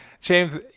James